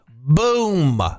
Boom